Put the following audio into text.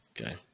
Okay